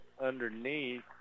underneath